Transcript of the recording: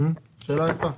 שאלה יפה.